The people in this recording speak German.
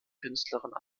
künstlerin